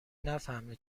نفهمه